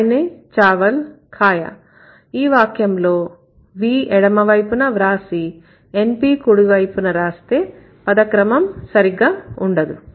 మైనే చావల్ ఖాయా ఈ వాక్యంలో V ఎడమ వైపున వ్రాసి NP కుడివైపున రాస్తే పద క్రమం సరిగా ఉండదు